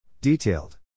Detailed